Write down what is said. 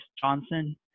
Johnson